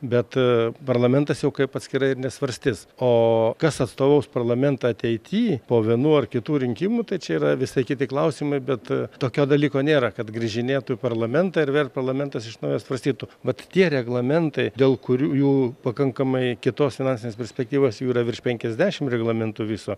bet parlamentas jau kaip atskirai ir nesvarstys o kas atstovaus parlamentą ateity po vienų ar kitų rinkimų tai čia yra visai kiti klausimai bet tokio dalyko nėra kad grįžinėtų į parlamentą ir vėl parlamentas iš naujo svarstytų vat tie reglamentai dėl kurių jų pakankamai kitos finansinės perspektyvos jų yra virš penkiasdešim reglamentų viso